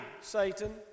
Satan